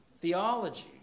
theology